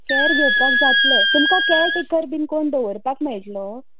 care घेवपाक जातलें तुमकां कॅ टेकर बी कोण दवरपाक मेळट्लो